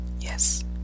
Yes